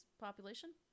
population